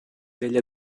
degli